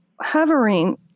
hovering